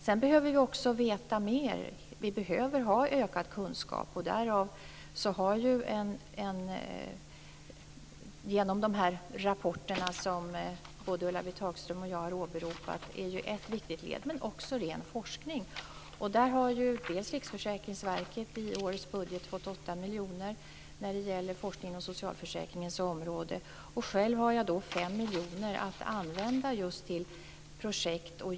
Sedan behöver vi också veta mer. Vi behöver ha ökad kunskap. Där är de rapporter som både Ulla-Britt Hagström och jag åberopat ett viktigt led men också ren forskning. Där har Riksförsäkringsverket i årets budget fått 8 miljoner för forskning på socialförsäkringens område, och själv har jag 5 miljoner att använda just till projekt.